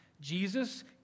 Jesus